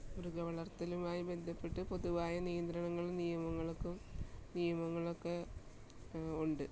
മൃഗവളർത്തലുമായി ബന്ധപ്പെട്ട് പൊതുവായ നിയന്ത്രണങ്ങളും നിയമങ്ങൾക്കും നിയമങ്ങളൊക്കെ ഉണ്ട്